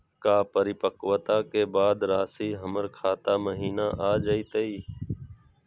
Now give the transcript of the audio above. का परिपक्वता के बाद रासी हमर खाता महिना आ जइतई?